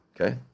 Okay